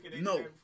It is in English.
No